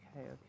okay